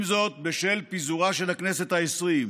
עם זאת, בשל פיזורה של הכנסת העשרים,